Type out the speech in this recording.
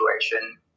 situation